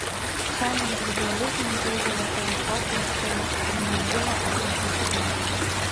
šiam individualizmui hėgelio filosofija iškėlė neigimą arba priešybę